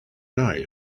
night